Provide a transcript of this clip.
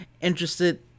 Interested